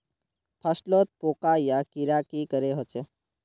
फसलोत पोका या कीड़ा की करे होचे?